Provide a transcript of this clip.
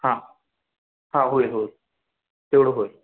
हां हां होईल होईल तेवढं होईल